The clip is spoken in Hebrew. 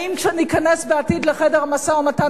האם כשניכנס בעתיד לחדר המשא-ומתן,